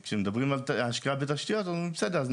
כשמדברים על השקעה בתשתיות אז אומרים: בסדר,